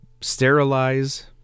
sterilize